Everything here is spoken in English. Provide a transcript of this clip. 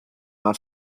not